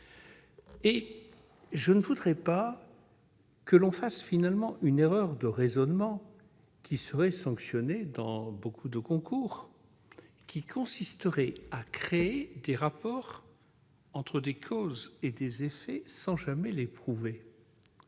Je ne voudrais pas que l'on fasse finalement une erreur de raisonnement, qui serait sanctionnée dans beaucoup de concours, consistant à créer des rapports de causes à effets sans jamais les prouver.